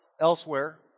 elsewhere